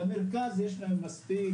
למרכז יש להם מספיק,